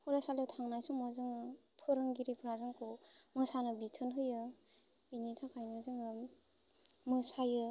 फरायसालियाव थांनाय समाव जोङो फोरोंगिरिफोरा जोंखौ मोसानो बिथोन होयो बेनि थाखायनो जोङो मोसायो